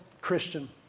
Christian